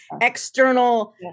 external